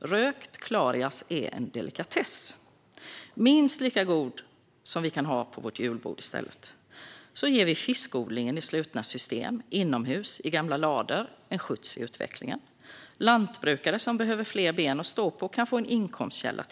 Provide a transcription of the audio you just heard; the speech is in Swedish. Rökt clarias är en delikatess som är minst lika god som ålen och som vi kan ha på julbordet i stället. På så vis kan vi ge fiskodling i slutna system inomhus, kanske i gamla lador, en skjuts i utvecklingen. Lantbrukare som behöver fler ben att stå på kan få ytterligare en inkomstkälla.